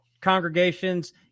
congregations